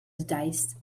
dice